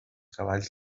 cavalls